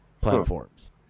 platforms